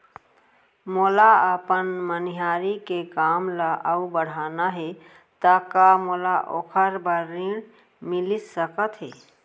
मोला अपन मनिहारी के काम ला अऊ बढ़ाना हे त का मोला ओखर बर ऋण मिलिस सकत हे?